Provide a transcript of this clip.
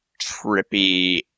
trippy